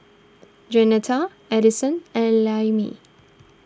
Jeanetta Addison and Lemmie